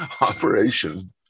operation